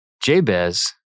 Jabez